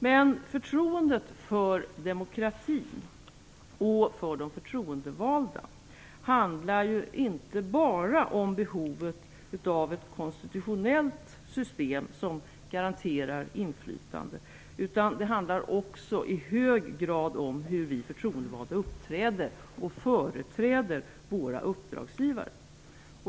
Men förtroendet för demokratin och för de förtroendevalda handlar inte bara om behovet av ett konstitutionellt system som garanterar inflytande. Det handlar också i hög grad om hur vi förtroendevalda uppträder och företräder våra uppdragsgivare.